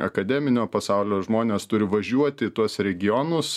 akademinio pasaulio žmonės turi važiuoti į tuos regionus